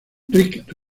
rick